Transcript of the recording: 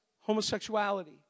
homosexuality